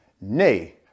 Nay